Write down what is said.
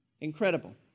Incredible